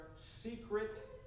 secret